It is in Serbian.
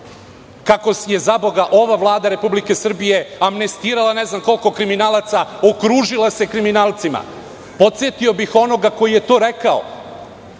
kako je, zaboga, ova Vlada Republike Srbije amnestirala ne znam koliko kriminalaca, okružila se kriminalcima. Podsetio bih onoga ko je to rekao